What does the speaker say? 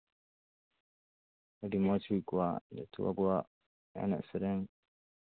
ᱟᱹᱰᱤ ᱢᱚᱡᱽ ᱦᱩᱭ ᱠᱚᱜᱼᱟ ᱡᱮᱦᱮᱛᱩ ᱟᱵᱚᱣᱟᱜ ᱮᱱᱮᱡ ᱥᱮᱨᱮᱧ